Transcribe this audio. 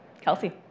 Kelsey